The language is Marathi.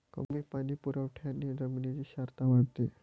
कमी पाणी पुरवठ्याने जमिनीची क्षारता वाढते